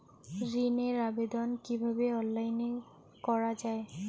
ঋনের আবেদন কিভাবে অনলাইনে করা যায়?